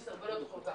לסרבל כל כך את החוק?